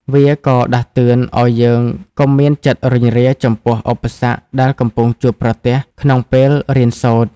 វាក៏ដាស់តឿនឱ្យយើងកុំមានចិត្តរុញរាចំពោះឧបសគ្គដែលកំពុងជួបប្រទះក្នុងពេលរៀនសូត្រ។